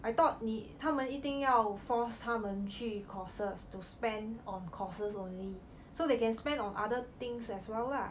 I thought 你他们一定要 force 他们去 courses to spend on courses only so they can spend on other things as well lah